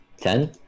Ten